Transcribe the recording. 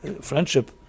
friendship